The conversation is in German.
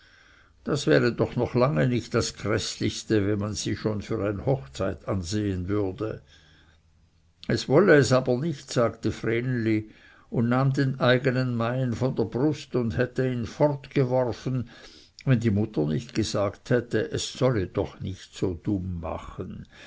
das wäre doch noch lange nicht das grüslichste wenn man sie schon für ein hochzeit ansehen würde es wolle es aber nicht sagte vreneli und nahm den eigenen meien von der brust und hätte ihn fortgeworfen wenn die mutter nicht gesagt hätte es solle doch nicht so dumm machen